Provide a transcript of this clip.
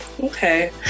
Okay